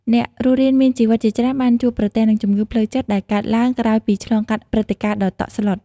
អ្នករស់រានមានជីវិតជាច្រើនបានជួបប្រទះនឹងជំងឺ ផ្លូវចិត្តដែលកើតឡើងក្រោយពីឆ្លងកាត់ព្រឹត្តិការណ៍ដ៏តក់ស្លុត។